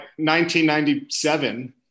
1997